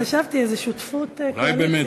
חשבתי איזו שותפות, קואליציה.